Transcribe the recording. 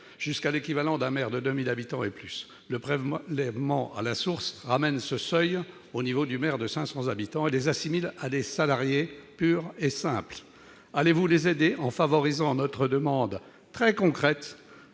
jusqu'à l'équivalent d'un maire de 2 000 habitants et plus. Le prélèvement à la source ramène ce seuil au niveau du maire de 500 habitants et les assimile à des salariés purs et simples. Allez-vous les aider en favorisant notre demande très concrète